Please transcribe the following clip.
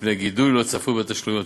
מפני גידול לא צפוי בתשלומים התקופתיים.